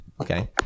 Okay